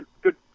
Good